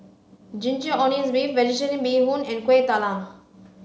ginger onions beef vegetarian bee hoon and kueh talam